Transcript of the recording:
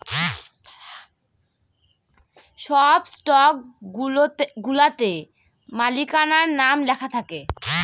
সব স্টকগুলাতে মালিকানার নাম লেখা থাকে